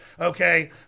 Okay